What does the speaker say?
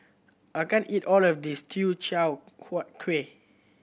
I can't eat all of this Teochew Huat Kueh